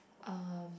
um